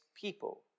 people